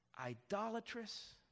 idolatrous